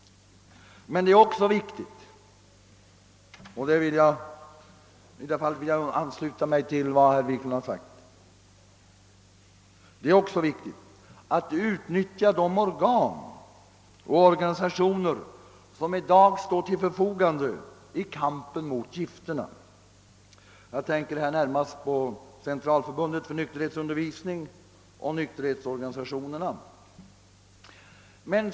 Men det är också viktigt — jag ansluter mig till vad herr Wiklund har sagt — att utnyttja de organisationer och organ som i dag står till förfogande i kampen mot gifterna — jag tänker närmast på Centralförbundet för nykterhetsundervisning och på nykterhetsorganisationerna.